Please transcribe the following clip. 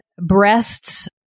breasts